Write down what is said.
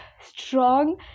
strong